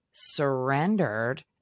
surrendered